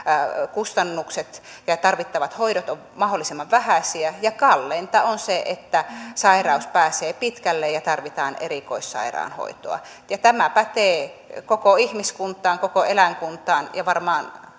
kustannukset ja tarvittavat hoidot ovat mahdollisimman vähäisiä ja kalleinta on se että sairaus pääsee pitkälle ja tarvitaan erikoissairaanhoitoa tämä pätee koko ihmiskuntaan koko eläinkuntaan ja varmaan